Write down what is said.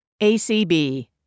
ACB